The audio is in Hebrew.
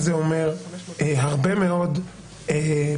אז זה אומר הרבה מאוד פגמים.